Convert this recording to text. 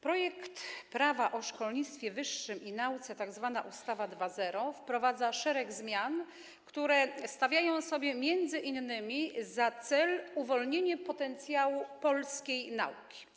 Projekt Prawa o szkolnictwie wyższym i nauce, tzw. ustawa 2.0, wprowadza szereg zmian, które stawiają sobie za cel m.in. uwolnienie potencjału polskiej nauki.